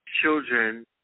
children